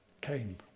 came